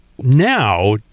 Now